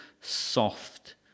soft